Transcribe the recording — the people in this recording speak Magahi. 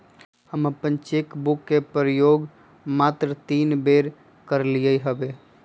हम अप्पन चेक बुक के प्रयोग मातरे तीने बेर कलियइ हबे